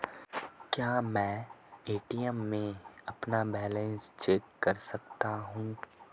क्या मैं ए.टी.एम में अपना बैलेंस चेक कर सकता हूँ?